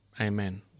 amen